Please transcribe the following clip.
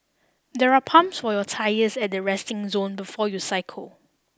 there are pumps for your tyres at the resting zone before you cycle